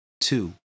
Two